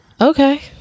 okay